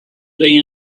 day